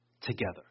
together